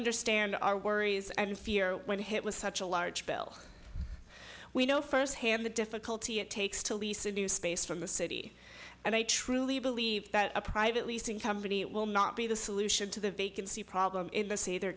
understand our worries and fear when hit with such a large bill we know firsthand the difficulty it takes to lease a new space from the city and i truly believe that a private leasing company will not be the solution to the vacancy problem in the